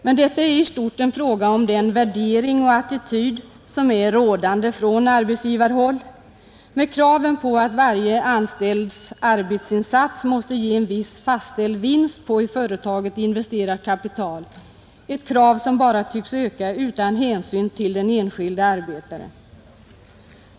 Men detta är i stort den fråga om den värdering och attityd som råder på arbetsgivarhåll med krav på att varje anställds arbetsinsats måste ge en viss fastställd vinst på i företaget investerat kapital — ett krav som bara tycks öka utan hänsyn till den enskilde arbetaren.